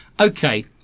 Okay